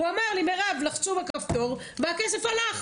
והוא אמר לי מירב, לחצו על כפתור והכסף הלך.